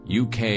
UK